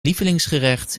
lievelingsgerecht